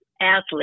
athlete